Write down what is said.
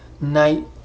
night